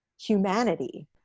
humanity